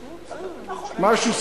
משהו,